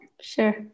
sure